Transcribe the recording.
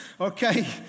Okay